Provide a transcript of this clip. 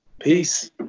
peace